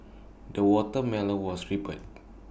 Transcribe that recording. the watermelon was ripened